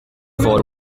four